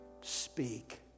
speak